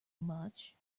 much